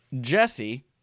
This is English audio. Jesse